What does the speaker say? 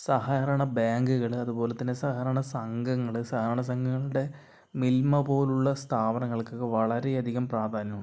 സഹകരണ ബാങ്കുകൾ അതുപോലെത്തന്നെ സഹകരണ സംഘങ്ങൾ സഹകരണ സംഘങ്ങളുടെ മിൽമ പോലുള്ള സ്ഥാപനങ്ങൾക്കൊക്കെ വളരെയധികം പ്രാധാന്യമുണ്ട്